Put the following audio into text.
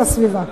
את הסביבה.